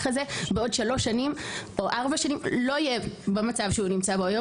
בעוד שלוש או ארבע שנים המערך הזה לא יהיה במצב שהוא נמצא בו היום,